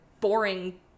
boring